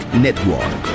Network